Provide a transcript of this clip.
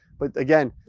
but again,